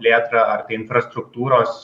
plėtrą ar tai infrastruktūros